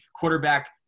quarterback